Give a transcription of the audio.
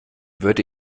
würde